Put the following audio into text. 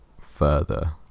further